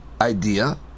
idea